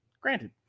Granted